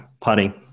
putting